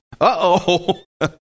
Uh-oh